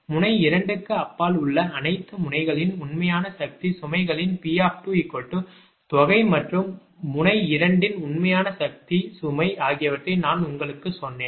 முனை 2 க்கு அப்பால் உள்ள அனைத்து முனைகளின் உண்மையான சக்தி சுமைகளின் P2 தொகை மற்றும் முனை 2 இன் உண்மையான சக்தி சுமை ஆகியவற்றை நான் உங்களுக்குச் சொன்னேன்